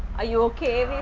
are you okay with.